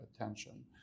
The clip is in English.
attention